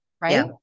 right